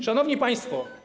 Szanowni Państwo!